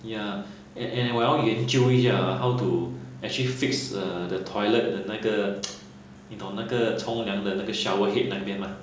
ya and and 我要研究一下 ha how to actually fix the toilet 的那个 你懂那个冲凉的那个 shower head 那边吗